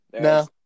No